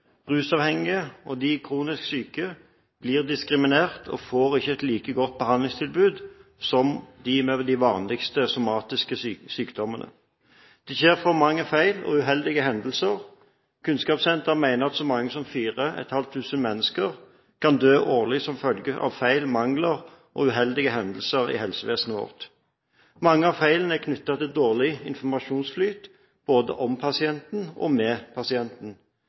rusavhengige og kronisk syke blir diskriminert og ikke får et like godt behandlingstilbud som de med de vanligste somatiske sykdommene. Det skjer for mange feil og uheldige hendelser. Kunnskapssenteret mener at så mange som 4 500 mennesker kan dø årlig som følge av feil, mangler og uheldige hendelser i helsevesenet vårt. Mange av feilene er knyttet til dårlig informasjonsflyt, både om pasienten og med pasienten,